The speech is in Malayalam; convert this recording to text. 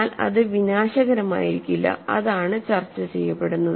എന്നാൽ അത് വിനാശകരമായിരിക്കില്ല അതാണ് ചർച്ചചെയ്യപ്പെടുന്നത്